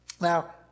Now